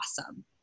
awesome